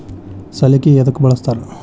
ಸಲಿಕೆ ಯದಕ್ ಬಳಸ್ತಾರ?